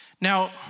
Now